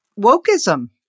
wokeism